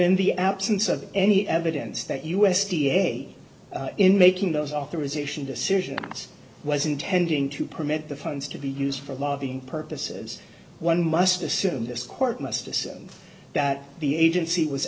in the absence of any evidence that u s d a in making those authorisation decisions was intending to permit the funds to be used for lobbying purposes one must assume this court must assume that the agency was